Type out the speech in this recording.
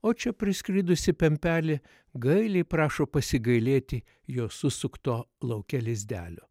o čia priskridusi pempelė gailiai prašo pasigailėti jos susukto lauke lizdelio